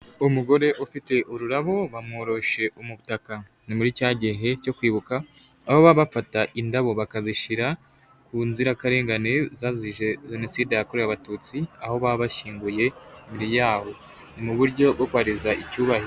Umugore ufite ururabo bamworoshe umutaka ni muri cya gihe cyo kwibuka, aho baba bafata indabo bakazishyira ku nzirakarengane zazize jenoside yakorewe abatutsi, aho baba bashyinguye imibiri yaho mu buryo bwo kubahereza icyubahiro.